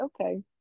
okay